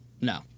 no